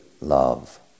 love